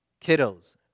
Kiddos